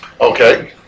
Okay